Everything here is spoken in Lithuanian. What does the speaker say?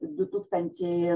du tūkstančiai